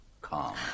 calm